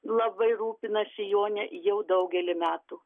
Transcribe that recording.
labai rūpinasi jone jau daugelį metų